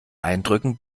eindrücken